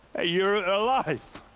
ah you're. alive!